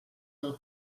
del